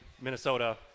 Minnesota